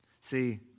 See